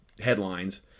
headlines